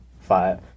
five